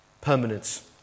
permanence